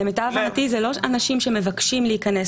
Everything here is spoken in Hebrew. למיטב ידיעתי זה לא אנשים שמבקשים להיכנס